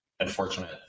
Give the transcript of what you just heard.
unfortunate